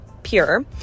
pure